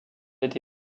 été